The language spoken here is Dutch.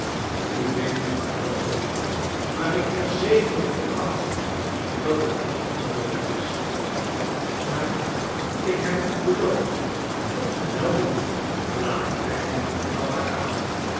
u weet dat zoo niet maar ik verzeker u bepaald dat het nog niet noodig is maar ik heb het u beloofd welnu laten wij dan maar gaan